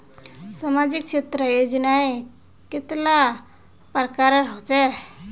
सामाजिक क्षेत्र योजनाएँ कतेला प्रकारेर होचे?